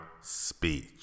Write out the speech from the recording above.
speech